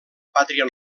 pàtria